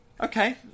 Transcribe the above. Okay